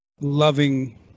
loving